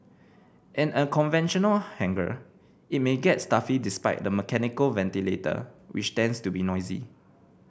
in a conventional hangar it may get stuffy despite the mechanical ventilator which tends to be noisy